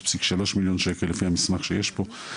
6,3 מיליון שקלים לפי המסמך שיש כאן,